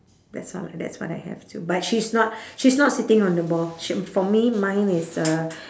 that sound like that's what I have too but she's not she's not sitting on the ball sh~ for me mine is uh